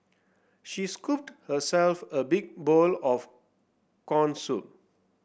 she scooped herself a big bowl of corn soup